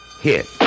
HIT